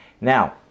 Now